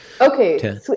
Okay